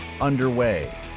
underway